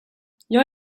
jag